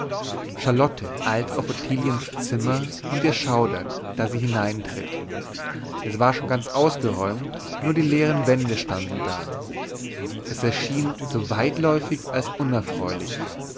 charlotte eilt auf ottiliens zimmer und ihr schaudert da sie hineintritt es war schon ganz ausgeräumt nur die leeren wände standen da es erschien so weitläufig als unerfreulich